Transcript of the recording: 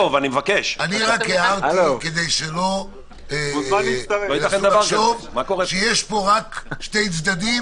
הערתי כדי שלא נחשוב שיש פה רק שני צדדים.